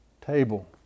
table